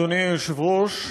אדוני היושב-ראש,